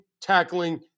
tackling